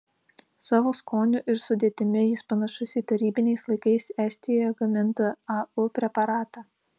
savo skoniu ir sudėtimi jis panašus į tarybiniais laikais estijoje gamintą au preparatą